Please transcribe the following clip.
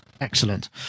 Excellent